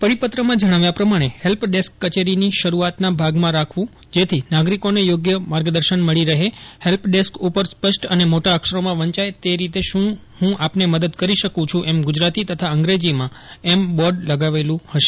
પરિપત્રમાં જજ્ઞાવ્યા પ્રમાષ્ને help desk કચેરીની શરૂઆતના ભાગમાં રાખવું જેથી નાગરિકોને યોગ્ય માર્ગદર્શન મળી રહે હેલ્પ ડેસ્ક ઉપર સ્પષ્ટ અને મોટા અક્ષરોમાં વંચાય તે રીતે શ્રું ક્રું આપને યદદ કરી શકું એમ ગુજરાતી તથા અંગ્રેજીમાં એમ બોર્ડ લગાવેલું હશે